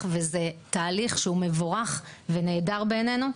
וזה תהליך שהוא מבורך ונהדר בעיננו.